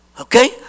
Okay